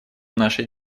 нашей